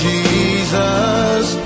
Jesus